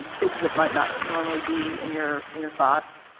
kids that might not normally be in your in your thoughts